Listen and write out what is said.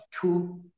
two